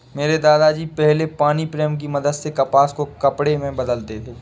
मेरे दादा जी पहले पानी प्रेम की मदद से कपास को कपड़े में बदलते थे